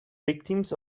victims